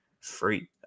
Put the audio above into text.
free